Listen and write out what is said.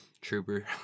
trooper